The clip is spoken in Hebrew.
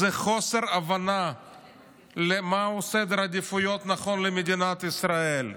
זה חוסר הבנה של מהו סדר העדיפויות הנכון למדינת ישראל.